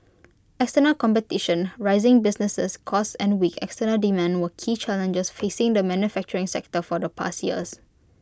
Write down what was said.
external competition rising businesses costs and weak external demand were key challenges facing the manufacturing sector for the past years